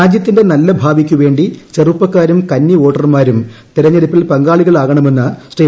രാജ്യത്തിന്റെ നല്ലഭാവിക്കു വേണ്ടി ചെറുപ്പക്കാരും കന്നിവോട്ടർമാരും തെരഞ്ഞെടുപ്പിൽ പങ്കാളികളാകണമെന്ന് ശ്രീ